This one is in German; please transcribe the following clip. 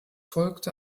folgte